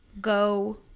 go